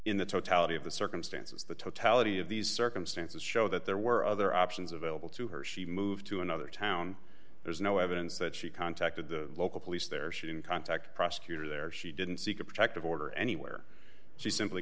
in the totality of the circumstances the totality of these circumstances show that there were other options available to her she moved to another town there's no evidence that she contacted the local police there she didn't contact prosecutor there she didn't seek a protective order anywhere she simply